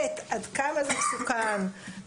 עד כמה זה מסוכן,